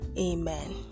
Amen